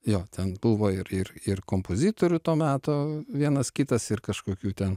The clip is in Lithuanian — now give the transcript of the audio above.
jo ten buvo ir ir ir kompozitorių to meto vienas kitas ir kažkokių ten